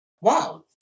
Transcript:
wow